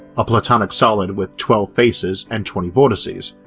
a platonic solid with twelve faces and twenty vertices,